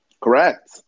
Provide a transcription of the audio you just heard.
Correct